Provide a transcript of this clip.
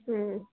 ಹ್ಞೂ